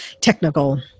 technical